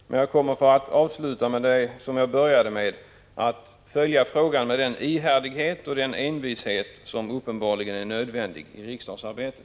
Men jag kommer, för att avsluta med det jag började med, att följa frågan med den ihärdighet och den envishet som uppenbarligen är nödvändig i riksdagsarbetet.